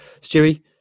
Stewie